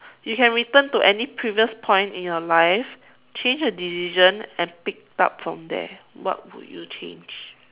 you can return to any previous point in your life change a decision and pick up from there what would you change